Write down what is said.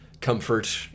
comfort